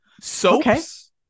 soaps